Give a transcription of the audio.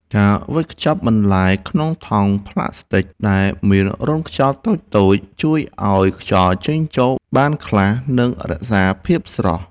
ការវេចខ្ចប់បន្លែក្នុងថង់ប្លាស្ទិកដែលមានរន្ធខ្យល់តូចៗជួយឱ្យខ្យល់ចេញចូលបានខ្លះ និងរក្សាភាពស្រស់។